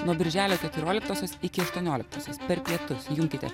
nuo birželio keturioliktosios iki aštuonioliktosios per pietus junkite